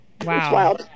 Wow